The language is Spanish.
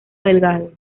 delgado